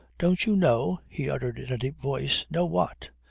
don't you know? he uttered in a deep voice. know what?